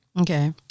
Okay